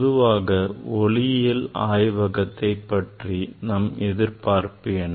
பொதுவாக ஒளியியல் ஆய்வகத்தை பற்றி நம் எதிர்பார்ப்பு என்ன